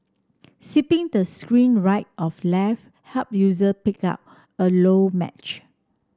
swiping the screen right of left help user pick out a low match